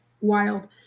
wild